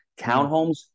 townhomes